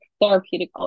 therapeutic